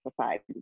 society